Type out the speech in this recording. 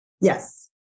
Yes